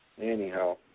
Anyhow